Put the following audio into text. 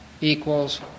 equals